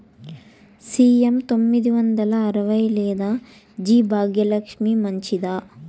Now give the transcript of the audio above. CM తొమ్మిది వందల అరవై లేదా జి భాగ్యలక్ష్మి మంచిదా?